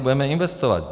Budeme investovat.